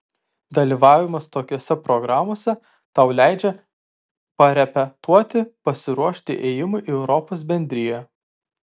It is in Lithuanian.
dalyvavimas tokiose programose tau leidžia parepetuoti pasiruošti ėjimui į europos bendriją